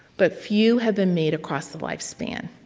but few have been made across the lifespan.